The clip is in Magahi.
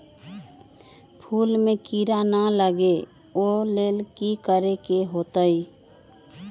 फूल में किरा ना लगे ओ लेल कि करे के होतई?